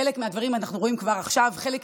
חלק מהדברים אנחנו רואים כבר עכשיו, חלק יתרחשו.